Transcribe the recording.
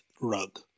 rug